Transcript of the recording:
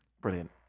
Brilliant